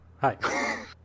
Hi